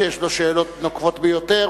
שיש לו שאלות נוקבות ביותר,